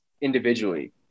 individually